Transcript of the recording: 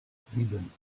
sieben